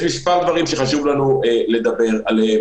יש מספר דברים שחשוב לנו לדבר עליהם.